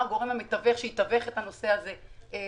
מה הגורם המתווך שיתווך את הנושא הזה לילדים,